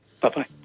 Bye-bye